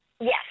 Yes